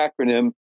acronym